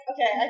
Okay